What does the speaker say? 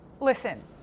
listen